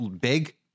big